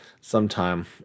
sometime